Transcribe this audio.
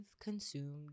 consumed